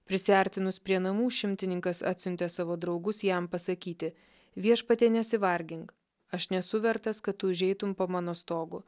prisiartinus prie namų šimtininkas atsiuntė savo draugus jam pasakyti viešpatie nesivargink aš nesu vertas kad užeitum po mano stogu